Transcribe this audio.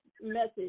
message